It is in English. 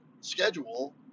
schedule